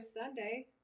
sunday